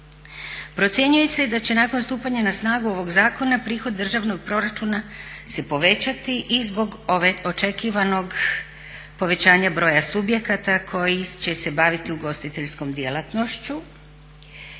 Procjenjuje se i da će nakon stupanja na snagu ovog zakona prihod državnog proračuna se povećati i zbog ovog očekivanog povećanja broja subjekata koji će se baviti ugostiteljskom djelatnošću.